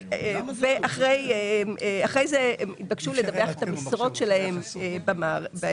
אחרי זה הם יתבקשו לדווח את המשרות שלהם במערכות.